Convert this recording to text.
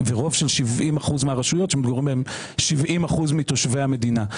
ורוב של 70 אחוזים מהרשויות שמתגוררים בהן 70 אחוזים מתושבי המדינה.